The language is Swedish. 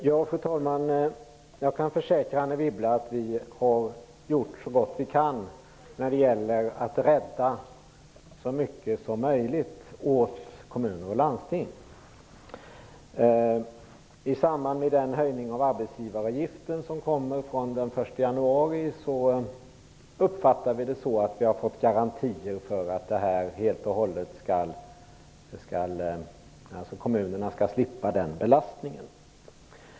Fru talman! Jag kan försäkra Anne Wibble om att vi har gjort så gott vi kunnat när det gäller att rädda så mycket som möjligt för kommuner och landsting. Genom den höjning av arbetsgivaravgiften som införs den 1 januari uppfattar vi det så att vi har fått garantier för att kommunerna helt och hållet skall slippa denna belastning.